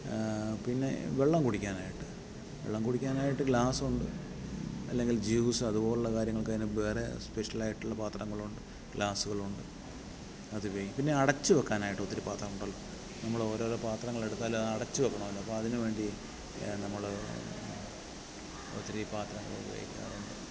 പിന്നെ വെള്ളം കുടിക്കാനായിട്ട് വെള്ളം കുടിക്കാനായിട്ട് ഗ്ലാസുണ്ട് അല്ലെങ്കിൽ ജ്യൂസ് അതുപോലുള്ള കാര്യങ്ങൾക്ക് അതിന് വേറെ സ്പെഷ്യലായിട്ടുള്ള പാത്രങ്ങളുണ്ട് ഗ്ലാസുകളുണ്ട് അത് പിന്നെ അടച്ച് വെക്കാനായിട്ട് ഒത്തിരി പാത്രങ്ങളുണ്ടല്ലോ നമ്മൾ ഓരോരോ പാത്രങ്ങളെടുത്താലും അത് അടച്ച് വെക്കണമല്ലോ അപ്പോൾ അതിന് വേണ്ടി നമ്മൾ ഒത്തിരി പാത്രങ്ങൾ ഉപയോഗിക്കാറുണ്ട്